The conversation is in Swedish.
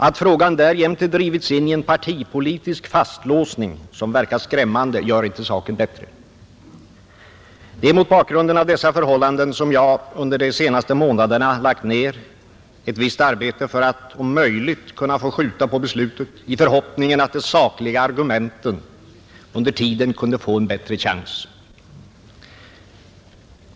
Att frågan därjämte drivits in i en partipolitisk fastlåsning som verkar skrämmande gör inte saken bättre. Det är mot bakgrunden av dessa förhållanden som jag under de senaste månaderna lagt ner ett visst arbete för att om möjligt få beslutet framskjutet, i förhoppning att de sakliga argumenten under tiden kunde få en bättre chans.